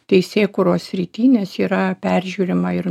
teisėkūros srity nes yra peržiūrima ir